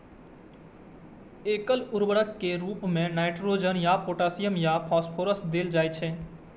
एकल उर्वरक के रूप मे नाइट्रोजन या पोटेशियम या फास्फोरस देल जाइ छै